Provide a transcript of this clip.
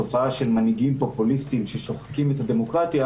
תופעה של מנהיגים פופוליסטים ששוחקים את הדמוקרטיה,